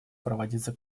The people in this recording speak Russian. проводиться